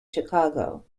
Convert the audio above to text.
chicago